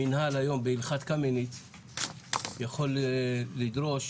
המנהל היום בהלכת קמיניץ יכול לדרוש